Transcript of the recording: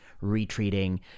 retreating